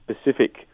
specific